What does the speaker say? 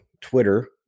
Twitter